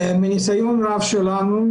מניסיון רב שלנו,